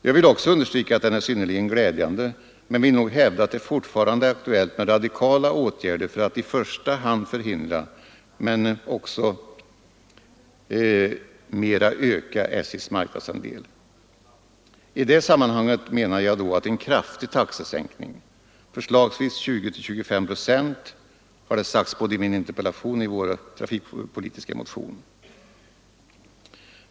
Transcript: Jag vill understryka att denna är synnerligen glädjande men vill nog hävda att det fortfarande är aktuellt med radikala åtgärder för att ändå mer öka SJ:s marknadsandel. I det sammanhanget menar jag då en kraftig taxesänkning, förslagsvis 20—25 procent har det sagts både i min interpellation och i vår trafikpolitiska motion.